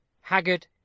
haggard